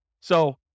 So-